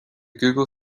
google